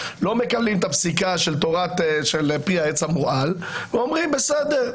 לא מקבלים את הפסיקה של פרי העץ המורעל ואומרים: בסדר,